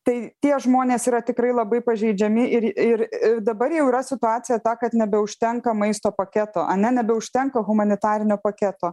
tai tie žmonės yra tikrai labai pažeidžiami ir ir dabar jau yra situacija ta kad nebeužtenka maisto paketo ane nebeužtenka humanitarinio paketo